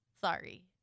Sorry